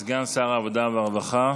סגן שר העבודה והרווחה